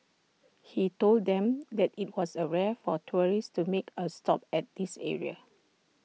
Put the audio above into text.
he told them that IT was A rare for tourists to make A stop at this area